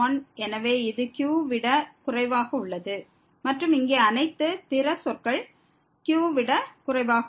எனவே இது q விட குறைவாக உள்ளது மற்றும் இங்கே அனைத்து பிற சொற்கள் q விட குறைவாக உள்ளது